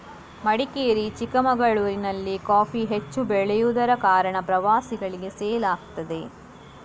ಮಡಿಕೇರಿ, ಚಿಕ್ಕಮಗಳೂರಿನಲ್ಲಿ ಕಾಫಿ ಹೆಚ್ಚು ಬೆಳೆಯುದರ ಕಾರಣ ಪ್ರವಾಸಿಗಳಿಗೆ ಸೇಲ್ ಆಗ್ತದೆ